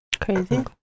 Crazy